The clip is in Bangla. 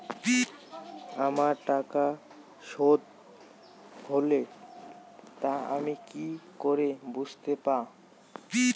আমার টাকা শোধ হলে তা আমি কি করে বুঝতে পা?